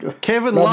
Kevin